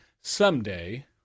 Someday